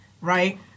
right